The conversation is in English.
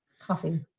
coffee